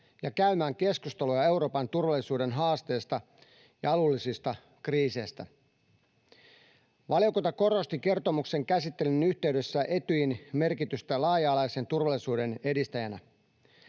ja käymään keskusteluja Euroopan turvallisuuden haasteista ja alueellisista kriiseistä. Valiokunta korosti kertomuksen käsittelyn yhteydessä Etyjin merkitystä laaja-alaisen turvallisuuden edistäjänä.